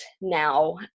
now